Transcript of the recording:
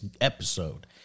episode